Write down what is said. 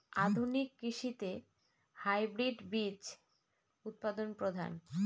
আধুনিক কৃষিতে হাইব্রিড বীজ উৎপাদন প্রধান